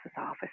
office